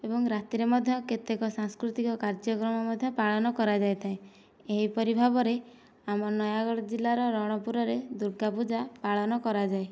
ଏବଂ ରାତିରେ ମଧ୍ୟ କେତକ ସାଂସ୍କୃତିକ କାର୍ଯ୍ୟକ୍ରମ ମଧ୍ୟ ପାଳନ କରାଯାଇଥାଏ ଏହିପରି ଭାବରେ ଆମ ନୟାଗଡ଼ ଜିଲ୍ଲାର ରଣପୁରରେ ଦୂର୍ଗା ପୂଜା ପାଳନ କରାଯାଏ